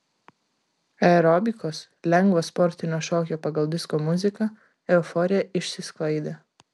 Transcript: aerobikos lengvo sportinio šokio pagal disko muziką euforija išsisklaidė